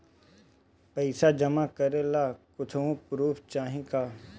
पैसा जमा करे ला कुछु पूर्फ चाहि का?